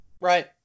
Right